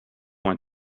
went